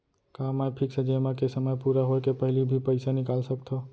का मैं फिक्स जेमा के समय पूरा होय के पहिली भी पइसा निकाल सकथव?